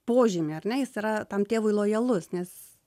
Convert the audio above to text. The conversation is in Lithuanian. požymį ar ne jis yra tam tėvui lojalus nes